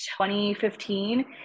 2015